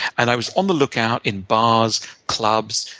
and i was on the lookout in bars, clubs,